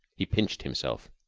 he pinched himself.